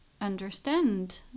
understand